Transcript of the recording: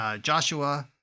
Joshua